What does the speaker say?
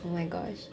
oh my